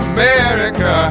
America